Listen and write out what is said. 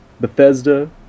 Bethesda